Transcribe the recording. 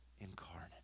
Incarnate